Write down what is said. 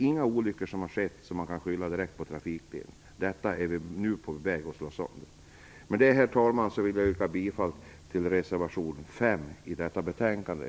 Inga olyckor har skett som man kan skylla direkt på trafikledningen. Nu är vi på väg att slå sönder detta. Herr talman! Jag yrkar bifall till reservation 5 som är fogad till detta betänkande.